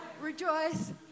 Rejoice